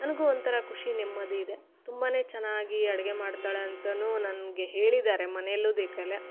ನನಗೂ ಒಂಥರ ಖುಷಿ ನೆಮ್ಮದಿ ಇದೆ ತುಂಬಾ ಚೆನ್ನಾಗಿ ಅಡುಗೆ ಮಾಡ್ತಾಳೆ ಅಂತನೂ ನನಗೆ ಹೇಳಿದ್ದಾರೆ ಮನೆಯಲ್ಲು ದೇಕಾಲೆ